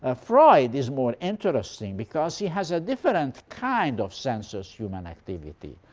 ah freud is more interesting, because he has a different kind of sensuous human activity.